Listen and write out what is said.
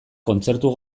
kontzertu